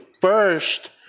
first